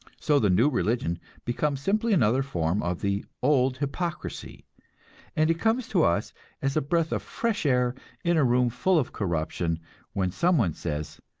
so the new religion becomes simply another form of the old hypocrisy and it comes to us as a breath of fresh air in a room full of corruption when some one says,